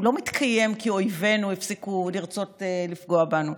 הוא לא מתקיים כי אויבינו הפסיקו לרצות לפגוע בנו,